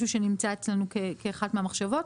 משהו שנמצא אצלנו כאחת המחשבות.